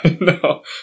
No